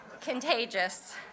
contagious